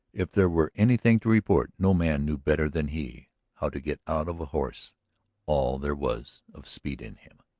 if there were anything to report no man knew better than he how to get out of a horse all there was of speed in him.